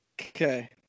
Okay